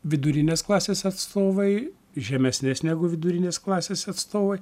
vidurinės klasės atstovai žemesnės negu vidurinės klasės atstovai